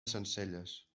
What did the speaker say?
sencelles